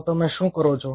તો તમે શું કરો છો